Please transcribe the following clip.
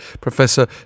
Professor